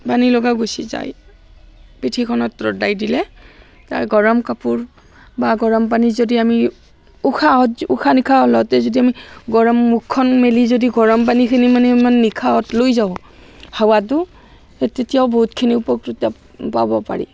পানী লগা গুচি যায় পিঠিখনত ৰ'দাই দিলে গৰম কাপোৰ বা গৰম পানী যদি আমি উশাহত উশাহ নিশাহ লওঁতে যদি আমি গৰম মুখখন মেলি যদি গৰমপানীখিনি মানে নিশাহত লৈ যাওঁ হাৱাটো সেই তেতিয়াও বহুতখিনি উপকৃত পাব পাৰি